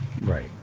Right